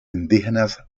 indígenas